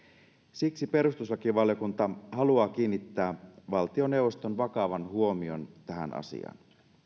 siksi perustuslakivaliokunta haluaa kiinnittää valtioneuvoston vakavan huomion tähän asiaan